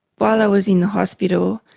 while i was in the hospital,